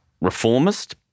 reformist